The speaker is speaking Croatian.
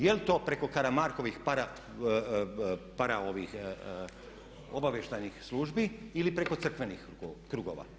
Jel to preko Karamarkovih para obavještajnih službi ili preko crkvenih krugova.